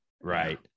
Right